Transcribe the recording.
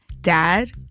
Dad